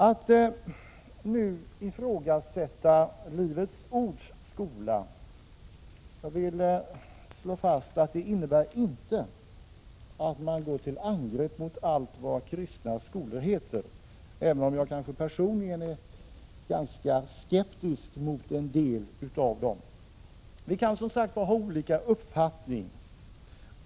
Att nu ifrågasätta Livets ords skola innebär inte, det vill jag slå fast, att gå till angrepp mot allt vad kristna skolor heter, även om jag kanske personligen är ganska skeptisk mot en del av dem. Vi kan som sagt ha olika uppfattningar.